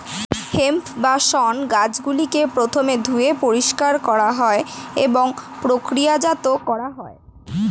hemp বা শণ গাছগুলিকে প্রথমে ধুয়ে পরিষ্কার করা হয় এবং প্রক্রিয়াজাত করা হয়